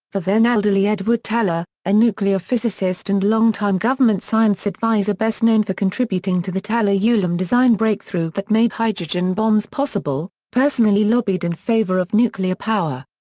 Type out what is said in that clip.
the then elderly edward teller, a nuclear physicist and long-time government science adviser best known for contributing to the teller-ulam design breakthrough that made hydrogen bombs possible, personally lobbied in favor of nuclear power.